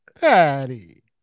Patty